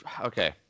okay